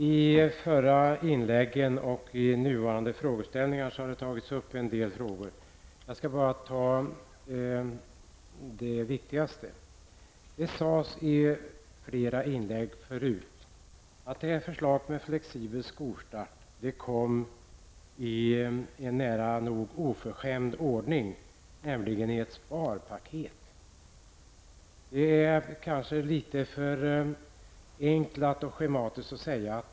Herr talman! Det har tagits upp en hel del frågor i de tidigare inläggen. Jag skall beröra de viktigaste. Det sades i flera inlägg tidigare att förslaget om flexibel skolstart lades fram i en nära nog oförskämd ordning, nämligen i ett sparpaket eller krispaket.